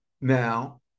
now